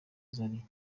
zari